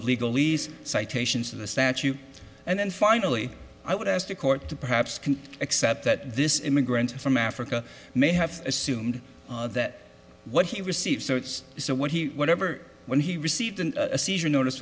of legal lease citations to the statute and then finally i would ask the court to perhaps can accept that this immigrant from africa may have assumed that what he received so what he whatever when he received a seizure notice